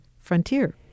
Frontier